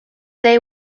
they